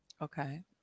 Okay